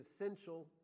essential